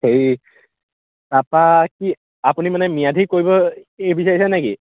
হেৰি তাৰপৰা কি আপুনি মানে ম্য়াদি কৰিব এই বিচাৰিছে নেকি